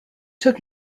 took